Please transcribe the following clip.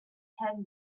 kenny